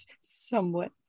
Somewhat